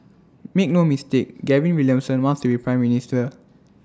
make no mistake Gavin Williamson wants to be Prime Minister